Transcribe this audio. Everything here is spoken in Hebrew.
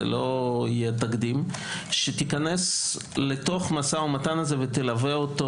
זה לא יהיה תקדים שתיכנס לתוך משא ומתן הזה ותלווה אותו